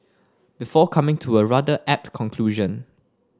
before coming to a rather apt conclusion